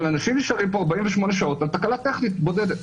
אבל אנשים נשארים פה 48 שעות על תקלה טכנית בודדת.